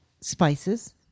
Spices